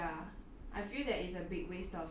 in fact I really hate gaming